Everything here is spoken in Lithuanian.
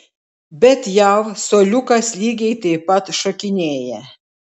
bet jav suoliukas lygiai taip pat šokinėja